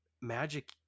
magic